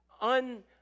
un